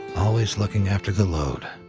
always looking after the load.